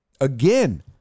Again